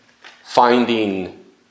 finding